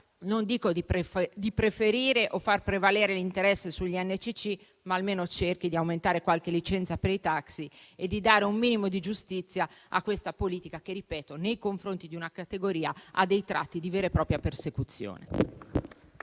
non dico di preferire o far prevalere l'interesse sugli NCC, ma almeno cerchi di aumentare qualche licenza per i taxi e di dare un minimo di giustizia a questa politica che - ripeto - nei confronti di una categoria ha dei tratti di vera e propria persecuzione.